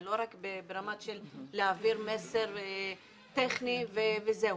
לא רק ברמה של להעביר מסר טכני וזהו.